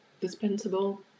dispensable